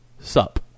sup